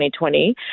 2020